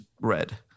red